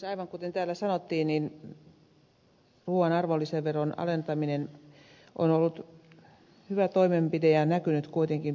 aivan kuten täällä sanottiin ruuan arvonlisäveron alentaminen on ollut hyvä toimenpide ja näkynyt kuitenkin tuotteissa